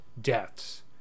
deaths